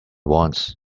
wants